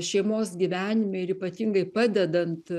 šeimos gyvenime ir ypatingai padedant